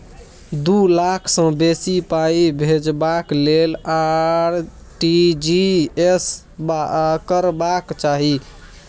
दु लाख सँ बेसी पाइ भेजबाक लेल आर.टी.जी एस करबाक चाही